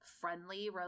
friendly